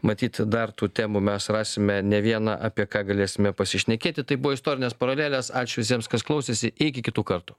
matyt dar tų temų mes rasime ne vieną apie ką galėsime pasišnekėti tai buvo istorinės paralelės ačiū visiems kas klausėsi iki kitų kartų